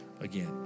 again